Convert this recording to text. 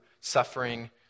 suffering